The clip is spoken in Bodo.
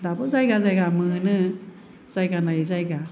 दाबो जायगा जायगा मोनो जायगा नायै जायगा